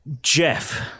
Jeff